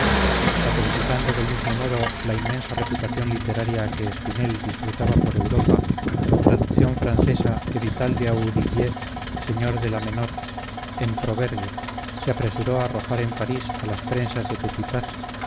patentizando del mismo modo la inmensa reputación literaria que espinel disfrutaba por europa la traducción francesa que vital de audiguier señor de la menor en povergue se apresuró a arrojar en parís a las prensas de petitpas